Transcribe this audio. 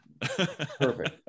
Perfect